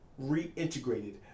reintegrated